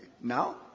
now